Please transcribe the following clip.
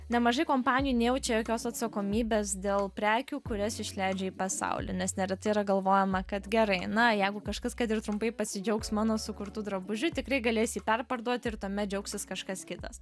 nemažai kompanijų nejaučia jokios atsakomybės dėl prekių kurias išleidžia į pasaulį nes neretai yra galvojama kad gerai na jeigu kažkas kad ir trumpai pasidžiaugs mano sukurtu drabužiu tikrai galės jį perparduot ir tuomet džiaugsis kažkas kitas